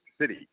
City